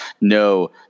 no